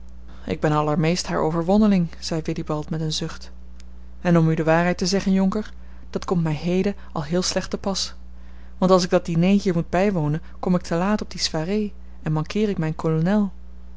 ik ben allermeest haar overwonneling zei willibald met een zucht en om u de waarheid te zeggen jonker dat komt mij heden al heel slecht te pas want als ik dat diner hier moet bijwonen kom ik te laat op die soirée en mankeer ik mijn kolonel